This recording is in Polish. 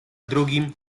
drugim